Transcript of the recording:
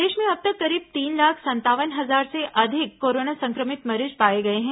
प्रदेश में अब तक करीब तीन लाख संतावन हजार से अधिक कोरोना संक्रमित मरीज पाए गए हैं